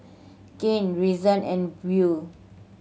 Kane Reason and Buel